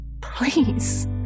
Please